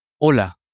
Hola